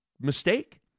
mistake